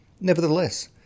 Nevertheless